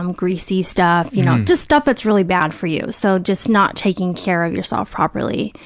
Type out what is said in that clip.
um greasy stuff, you know, just stuff that's really bad for you, so just not taking care of yourself properly.